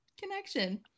connection